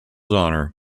honor